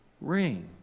ring